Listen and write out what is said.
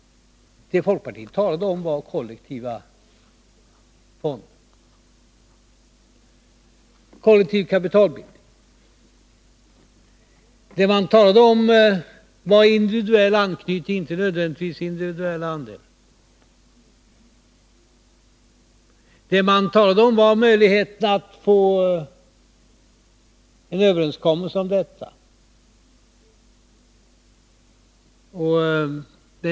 Det folkpartiet talade om var kollektiva fonder, kollektiv kapitalbildning. Det man talade om var individuell anknytning, inte nödvändigtvis individuella andelar. Det man talade om var möjligheten att få en överenskommelse om detta.